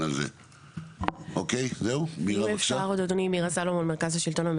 האם יש תוכנית מחשובית, אפיון, מכרז?